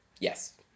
Yes